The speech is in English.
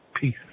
peace